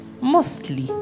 Mostly